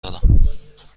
دارم